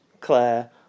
Claire